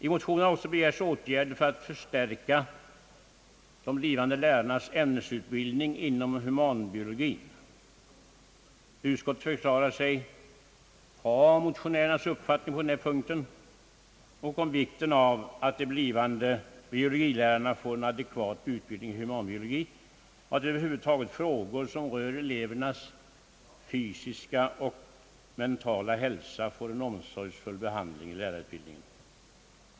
I motionerna har också begärts åtgärder för att förstärka de blivande lärarnas ämnesutbildning inom humanbiologin. Utskottet förklarar sig dela motionärernas uppfattning på denna punkt, understryker vikten av att de blivande biologilärarna får en adekvat utbildning 1 humanbiologi och att över huvud taget frågor som rör elevernas fysiska och mentala hälsa får en omsorgsfull behandling vid lärarutbildningen.